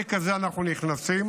בסדק הזה אנחנו נכנסים